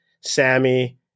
Sammy